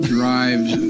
drives